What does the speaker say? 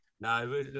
No